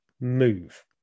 move